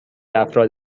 افراد